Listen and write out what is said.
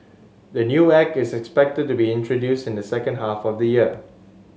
the new act is expected to be introduced in the second half of the year